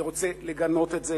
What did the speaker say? אני רוצה לגנות את זה,